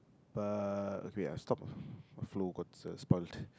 but wait ah stop flow got spolied